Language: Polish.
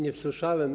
Nie słyszałem.